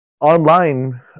online